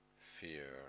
fear